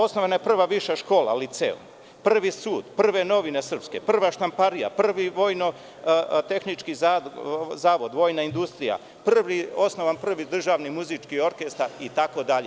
Osnovana je prva viša škola, Licej, prvi sud, prve novine srpske, prva štamparija, prvi Vojno-tehnički zavod, vojna industrija, osnovan prvi državni muzejski orkestar, itd.